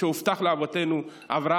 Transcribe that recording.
שהובטח לאבותינו אברהם,